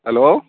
hello